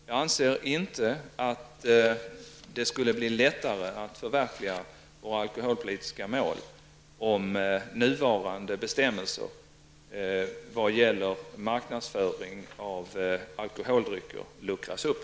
Jag anser inte att det skulle bli lättare att förverkliga våra alkoholpolitiska mål om nuvarande bestämmelser vad gäller marknadsföring av alkoholdrycker luckras upp.